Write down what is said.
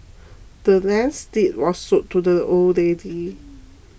the land's deed was sold to the old lady